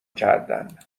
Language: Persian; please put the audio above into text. کردن